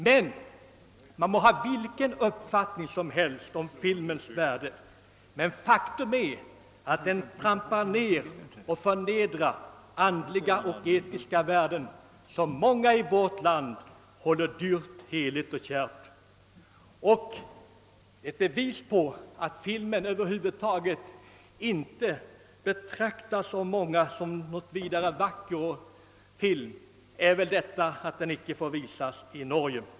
Man må ha vilken uppfattning som helst om filmen. Faktum är dock att den trampar ned och förnedrar andliga och etiska värden, som många i vårt land — ja kanske t.o.m. huvudparten — håller dyra, heliga och kära. Ett bevis på att filmen över huvud taget är av det innehållet är väl att den icke får visas i Norge.